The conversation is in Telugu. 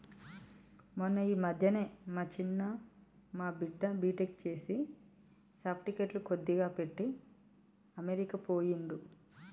మొన్న ఈ మధ్యనే మా చిన్న మా బిడ్డ బీటెక్ చేసి సర్టిఫికెట్లు కొద్దిగా పెట్టి అమెరికా పోయిండు